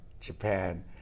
Japan